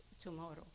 tomorrow